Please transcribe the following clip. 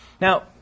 Now